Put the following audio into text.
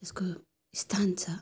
यसको स्थान छ